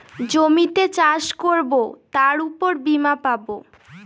জমিতে চাষ করবো তার উপর বীমা পাবো